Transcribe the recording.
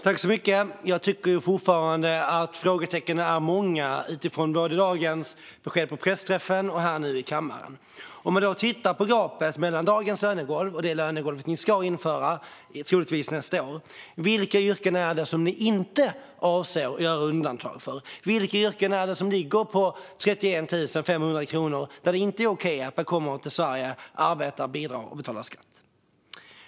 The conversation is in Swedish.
Fru talman! Jag tycker fortfarande att frågetecknen är många utifrån beskeden både på dagens pressträff och nu här i kammaren. När det gäller gapet mellan dagens lönegolv och det lönegolv som ni ska införa, Magnus Resare, troligtvis nästa år, vilka yrken avser ni inte att göra undantag för? Vilka yrken är det som ligger på 31 500 kronor och där det inte är okej att man kommer till Sverige, arbetar, bidrar och betalar skatt?